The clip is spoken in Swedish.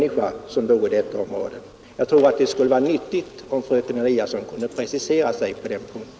Jag tror att det skulle vara nyttigt, om fröken Eliasson kunde precisera sig på den punkten.